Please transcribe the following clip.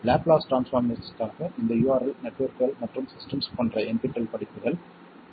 Laplace ட்ரான்ஸ்பார்ம்ஸ்ற்காக இந்த url இல் நெட்வொர்க்குகள் மற்றும் சிஸ்டம்ஸ் போன்ற NPTEL படிப்புகள் உள்ளன